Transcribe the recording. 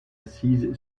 assise